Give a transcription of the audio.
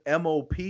MOP